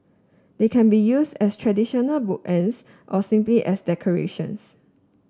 they can be used as traditional bookends or simply as decorations